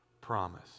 promise